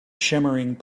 shimmering